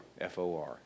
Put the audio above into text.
F-O-R